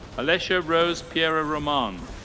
alessia rose piera roman.